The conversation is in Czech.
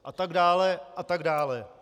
A tak dále, a tak dále.